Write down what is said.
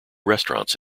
restaurants